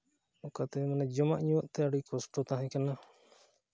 ᱠᱟᱛᱮᱫ ᱢᱟᱱᱮ ᱡᱚᱢᱟᱜ ᱧᱩᱣᱟᱜ ᱛᱮ ᱟᱹᱰᱤ ᱠᱚᱥᱴᱚ ᱛᱟᱦᱮᱸ ᱠᱟᱱᱟ